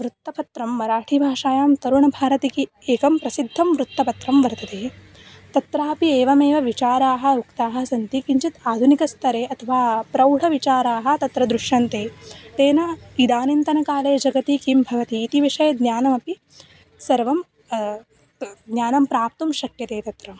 वृत्तपत्रं मराठिभाषायां तरुणभारतिकि एकं प्रसिद्धं वृत्तपत्रं वर्तते तत्रापि एवमेव विचाराः उक्ताः सन्ति किञ्चित् आधुनिकस्तरे अथवा प्रौढविचाराः तत्र दृश्यन्ते तेन इदानीन्तनकाले जगति किं भवतीति विषये ज्ञानमपि सर्वं ज्ञानं प्राप्तुं शक्येत तत्र